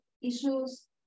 issues